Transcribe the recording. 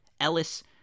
Ellis